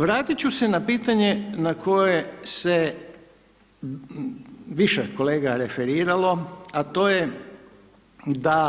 Vratit ću se na pitanje na koje se više kolega referiralo, a to je da